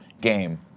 game